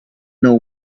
know